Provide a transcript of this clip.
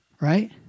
right